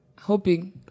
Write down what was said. hoping